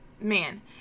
Man